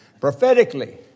Prophetically